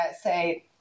say